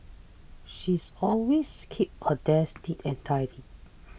she's always keeps her desk neat and tidy